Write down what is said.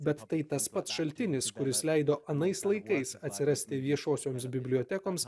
bet tai tas pats šaltinis kuris leido anais laikais atsirasti viešosioms bibliotekoms